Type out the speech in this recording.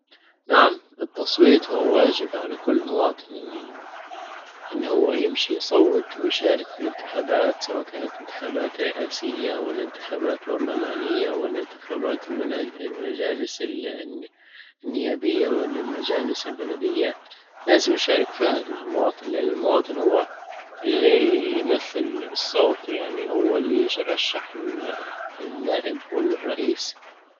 نعم التصويت هو واجب على كل مواطن ان هو يمشي يصوت ويشارك في الانتخابات سواء كانت انتخابات رئاسية ولا انتخابات برلمانية ولا انتخابات المجالس النيابية ولا المجالس البلدية لازم نشارك المواطن لان المواطن هو اللي يمثل الصوت يعني هو اللي يرشح النائب ولا الرئيس